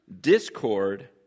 discord